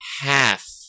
half